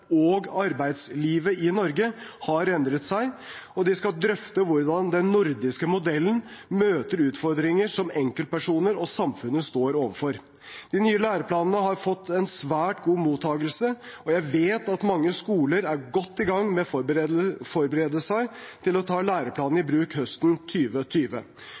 og arbeidslivet i Norge har endret seg, og de skal drøfte hvordan den nordiske modellen møter utfordringer som enkeltpersoner og samfunnet står overfor. De nye læreplanene har fått en svært god mottakelse, og jeg vet at mange skoler er godt i gang med å forberede seg til å ta læreplanene i bruk høsten